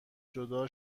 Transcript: جدا